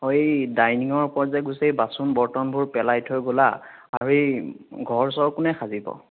অ' এই ডাইনিঙৰ ওপৰত যে গোটেই বাচন বৰ্তনবোৰ পেলাই থৈ গ'লা আৰু এই ঘৰ চৰ কোনে সাজিব